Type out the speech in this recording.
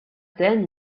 then